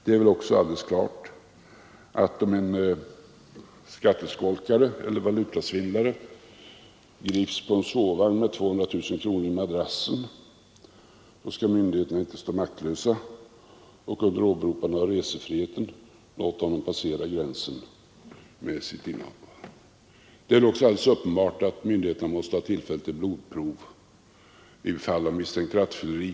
Det är också alldeles klart att om en skatteskolkare eller valutasvindlare grips i en sovvagn med 200 000 kronor i madrassen skall myndigheterna inte stå maktlösa och under åberopande av resefriheten låta honom passera gränsen med sitt innehav. Det är likaledes uppenbart att myndigheterna måste ha tillfälle att ta blodprov vid fall av misstänkt rattfylleri.